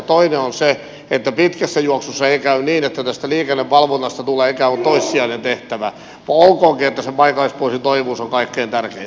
toinen on se että pitkässä juoksussa ei kävisi niin että liikennevalvonnasta tulee ikään kuin toissijainen tehtävä olkoonkin että paikallispoliisin toivomus on kaikkein tärkein